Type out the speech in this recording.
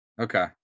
Okay